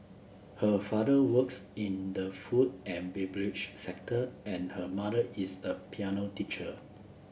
her father works in the food and beverage sector and her mother is a piano teacher